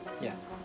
Yes